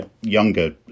younger